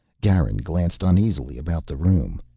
garin glanced uneasily about the room.